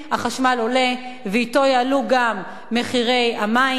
מחיר החשמל עולה ואתו יעלו גם מחירי המים,